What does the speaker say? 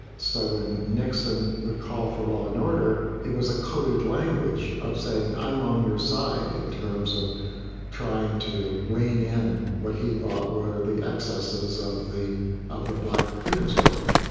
so when nixon would call for law and order, it was a coded language of saying i'm on your side in terms of trying to rein in what he thought were the excesses of the of the black freedom struggle.